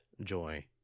Joy